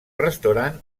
restaurant